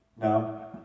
no